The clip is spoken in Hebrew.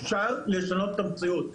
אפשר לשנות את המציאות.